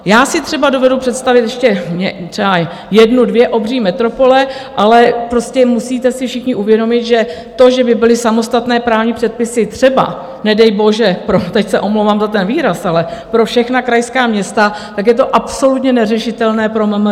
Já si třeba dovedu představit ještě jednu, dvě obří metropole, ale prostě musíte si všichni uvědomit, že to, že by byly samostatné právní předpisy třeba nedejbože pro teď se omlouvám za ten výraz, ale pro všechna krajská města, tak je to absolutně neřešitelné pro MMR.